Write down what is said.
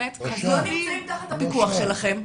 נמצאים תחת הפיקוח שלכם.